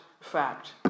fact